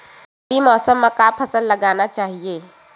रबी मौसम म का फसल लगाना चहिए?